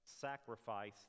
sacrifice